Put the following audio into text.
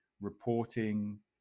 reporting